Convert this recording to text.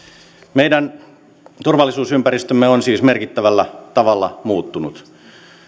meidän turvallisuusympäristömme on siis merkittävällä tavalla muuttunut